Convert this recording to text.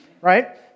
Right